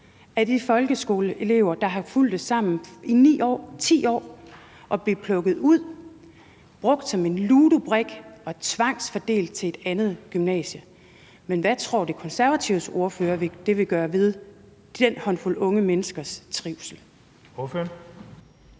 folkeskoleelever, der har fulgtes ad i 9 år, 10 år, og blive plukket ud, brugt som en ludobrik og tvangsfordelt til et andet gymnasium. Men hvad tror den konservative ordfører det vil gøre ved den håndfuld unge menneskers trivsel? Kl.